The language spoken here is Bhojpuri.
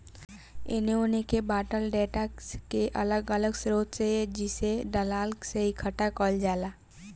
एने ओने के बॉटल डेटा के अलग अलग स्रोत से जइसे दलाल से इकठ्ठा कईल जाला